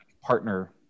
partner